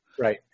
Right